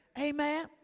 Amen